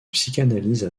psychanalyse